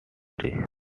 country